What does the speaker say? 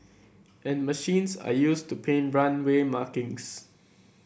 and machines are used to paint runway markings